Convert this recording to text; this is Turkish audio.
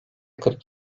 kırk